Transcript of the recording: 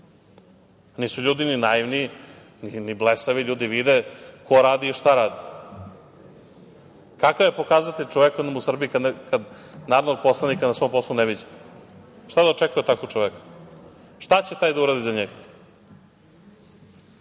Nisu ljudi ni naivni, ni blesavi, ljudi vide ko radi i šta radi. Kakav je pokazatelj čoveku jednom u Srbiji kad narodnog poslanika na svom poslu ne viđa? Šta da očekuje od takvog čoveka? Šta će taj da uradi za njega? Ja